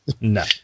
no